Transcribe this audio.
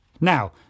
Now